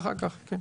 כן.